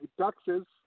taxes